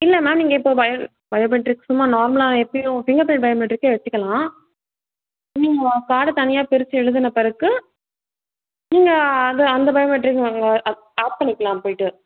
இல்லை மேம் நீங்கள் இப்போ பயோ பயோமெட்ரிக் சும்மா நார்மலாக எப்படியும் ஃபிங்கர் ப்ரிண்ட்டு பயோமெட்ரிக்கே வச்சுக்கலாம் நீங்கள் கார்டை தனியாக பிரிச்சு எழுதுன பிறகு நீங்கள் அதை அந்த பயோமெட்ரிக் ஆப் ஆப் பண்ணிக்கலாம் போயிட்டு